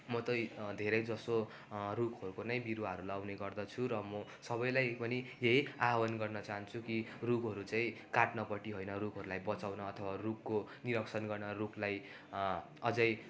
म चाहिँ धेरै जसो रुखहरको नै बिरुवाहरू लाउने गर्दछु र म सबैलाई पनि यहि आह्वान गर्न चाहन्छु कि रुखहरू चाहिँ काट्नुपट्टि होइन रुखहरूलाई बचाउन अथवा रुखको निरीक्षण गर्न रुखलाई अझै